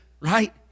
Right